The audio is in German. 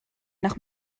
nach